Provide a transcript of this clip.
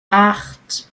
acht